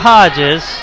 Hodges